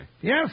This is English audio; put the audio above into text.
Yes